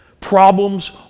Problems